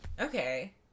Okay